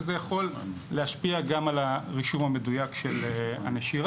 וזה יכול להשפיע גם על הרישום המדויק של הנשירה.